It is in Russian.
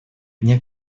дня